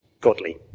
godly